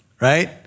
Right